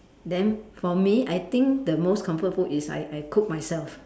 then for me I think the most comfort food is I I cook myself